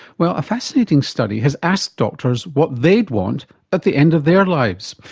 well, a fascinating study has asked doctors what they'd want at the end of their lives.